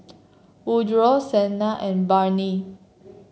Woodroe Shenna and Barney